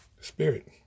Spirit